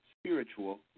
spiritual